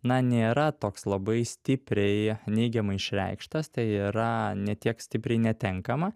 na nėra toks labai stipriai neigiamai išreikštas tai yra ne tiek stipriai netenkama